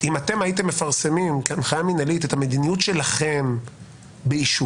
אם אתם הייתם מפרסמים כהנחיה מינהלית את המדיניות שלכם באישור,